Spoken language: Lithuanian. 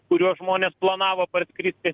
kuriuo žmonės planavo parskristi